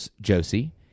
Josie